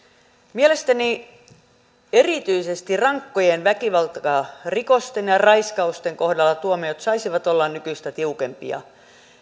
mielestäni erityisesti rankkojen väkivaltarikosten ja raiskausten kohdalla tuomiot saisivat olla nykyistä tiukempia